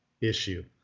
issue